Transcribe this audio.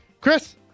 Chris